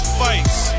fights